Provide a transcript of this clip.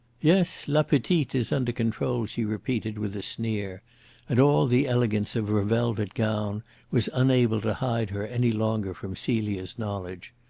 yes, la petite is under control, she repeated, with a sneer and all the elegance of her velvet gown was unable to hide her any longer from celia's knowledge.